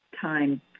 time